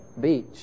beach